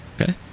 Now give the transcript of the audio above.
okay